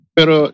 Pero